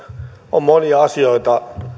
on monia asioita